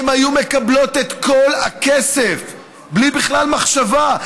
הן היו מקבלות את כל הכסף בלי בכלל מחשבה.